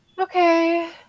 okay